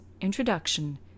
introduction